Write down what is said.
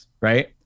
right